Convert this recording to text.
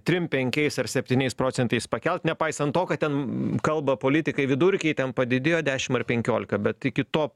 trim penkiais ar septyniais procentais pakelt nepaisant to ką ten kalba politikai vidurkiai ten padidėjo dešim ar penkiolika bet iki to